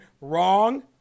wrong